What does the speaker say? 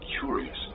curious